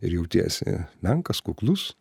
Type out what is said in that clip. ir jautiesi menkas kuklus